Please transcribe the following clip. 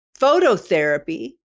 phototherapy